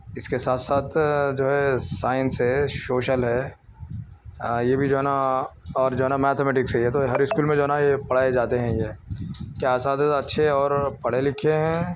اس کے ساتھ ساتھ جو ہے سائنس ہے شوشل ہے یہ بھی جو ہے نہ اور جو ہے نہ میتھمیٹکس ہے یہ تو ہر اسکول میں جو ہے نہ یہ پڑھائے جاتے ہیں یہ کیا اساتذہ اچھے اور پڑھے لکھے ہیں